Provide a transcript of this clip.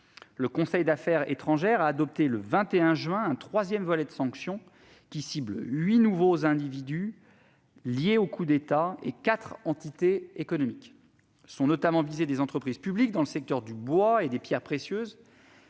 Le Conseil des affaires étrangères de l'Union européenne a adopté, le 21 juin, un troisième volet de sanctions qui cible huit nouveaux individus liés au coup d'État et quatre entités économiques. Sont notamment visées des entreprises publiques dans le secteur du bois et des pierres précieuses,